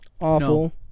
awful